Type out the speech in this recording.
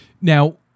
Now